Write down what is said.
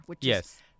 Yes